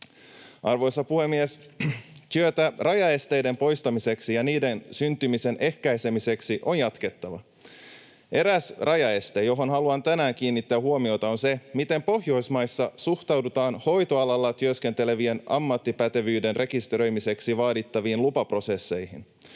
Arvoisa puhemies! Työtä rajaesteiden poistamiseksi ja niiden syntymisen ehkäisemiseksi on jatkettava. Eräs rajaeste, johon haluan tänään kiinnittää huomiota, on se, miten Pohjoismaissa suhtaudutaan hoitoalalla työskentelevien ammattipätevyyden rekisteröimiseksi vaadittaviin lupaprosesseihin.